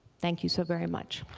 thank you so very much.